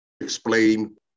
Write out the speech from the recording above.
explain